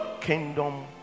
Kingdom